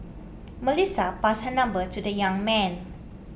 Melissa passed her number to the young man